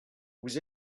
vous